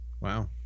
wow